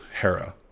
Hera